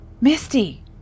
Misty